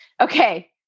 Okay